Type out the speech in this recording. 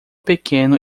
pequeno